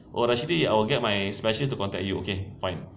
oh actually I will get my specialist to contact you okay fine